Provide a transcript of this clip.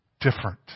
different